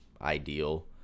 ideal